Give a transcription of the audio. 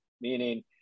meaning